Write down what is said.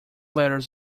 letters